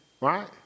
Right